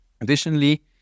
Additionally